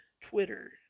Twitter